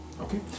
Okay